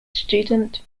student